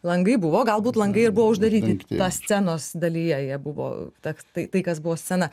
langai buvo galbūt langai ir buvo uždaryti tą scenos dalyje jie buvo ta tai kas buvo scena